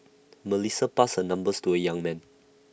Melissa passed her numbers to A young man